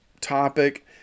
topic